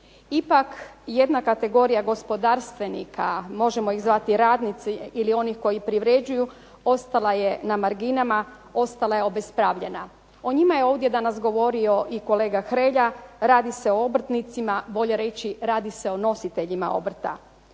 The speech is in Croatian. Ipak jedna kategorija gospodarstvenika, možemo ih zvati radnici ili onih koji privređuju ostala je na marginama, ostala je obespravljena. O njima je ovdje danas govorio i kolega Hrelja, radi se o obrtnicima, bolje reći radi se o nositeljima obrta.